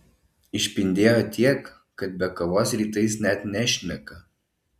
išpindėjo tiek kad be kavos rytais net nešneka